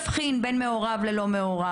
אנחנו מעבירים גם אותם באופן מלא בכל מיני